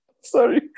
Sorry